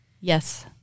Yes